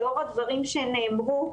לאור הדברים שנאמרו,